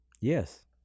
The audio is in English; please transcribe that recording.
Yes